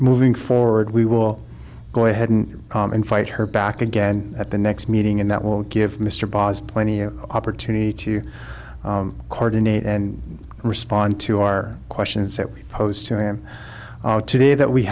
moving forward we will go ahead and fight her back again at the next meeting and that will give mr boss plenty of opportunity to coordinate and respond to our questions that we posed to him today that we